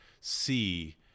see